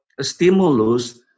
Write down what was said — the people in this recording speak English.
stimulus